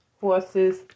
horses